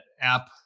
app